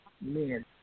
men